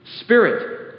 Spirit